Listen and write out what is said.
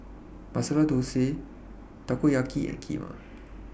Masala Dosa Takoyaki and Kheema